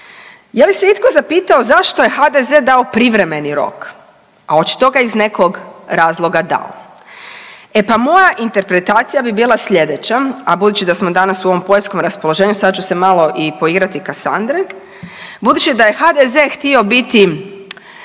Je li se itko zapitao zašto je HDZ dao privremeni rok? A očito ga je iz nekog razloga dao. E pa moja interpretacija bi bila slijedeća a budući da smo danas u ovom poljskom raspoloženju, sad ću se malo i poigrati Kasandre- Budući da je HDZ htio biti